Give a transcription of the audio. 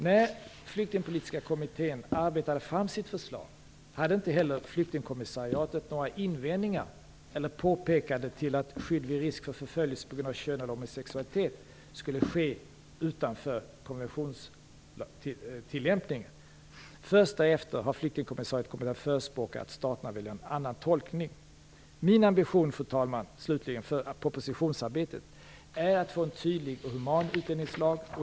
När Flyktingpolitiska kommittén arbetade fram sitt förslag hade inte heller Flyktingkommissariatet några invändningar eller påpekanden till att skydd vid risk för förföljelse på grund av kön eller homosexualitet skulle ske utanför konventionstillämpningen. Först därefter har Flyktingkommissariatet kommit att förespråka att staterna väljer en annan tolkning. Min ambition, fru talman, inför propositionsarbetet är att få en tydlig och human utlänningslag.